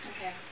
Okay